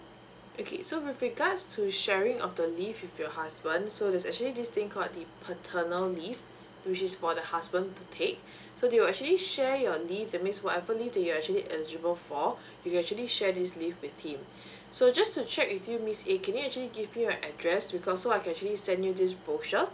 okay so with regards to sharing of the leave with your husband so there's actually this thing called the paternal leave which is for the husband to take so they'll actually share your leave that means whatever leave that you're actually eligible for you can actually share this leave with him so just to check with you miss a can you actually give me your address because so I can actually send you this brochure